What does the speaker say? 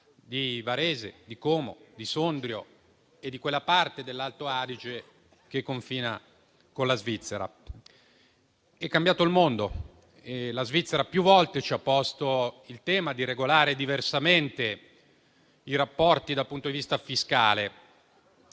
di Varese, di Como, di Sondrio e di quella parte dell'Alto Adige che confina con la Svizzera. È cambiato il mondo e la Svizzera più volte ci ha posto il tema di regolare diversamente i rapporti dal punto di vista fiscale